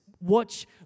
watch